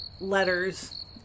letters